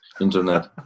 internet